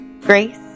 Grace